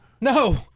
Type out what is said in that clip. No